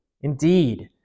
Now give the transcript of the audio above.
indeed